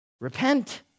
repent